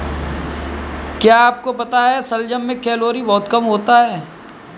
क्या आपको पता है शलजम में कैलोरी बहुत कम होता है?